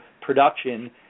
production